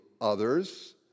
others